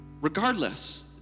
regardless